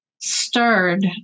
stirred